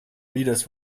readers